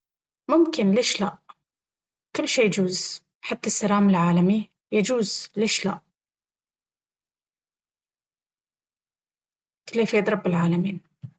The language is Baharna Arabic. ممكن ليش لا... كل شي يجوز... حتى السلام العالمي يجوز ليش لا... كله في يد رب العالمين